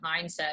mindset